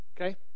Okay